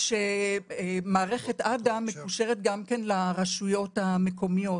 מערכת "אדם" מקושרת גם לרשויות המקומיות.